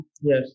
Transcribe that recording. Yes